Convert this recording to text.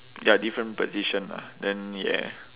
ya different position lah then yeah